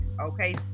okay